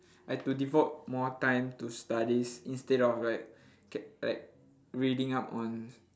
I had to devote more time to studies instead of like okay like reading up on